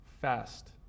fast